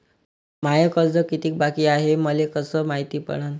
माय कर्ज कितीक बाकी हाय, हे मले कस मायती पडन?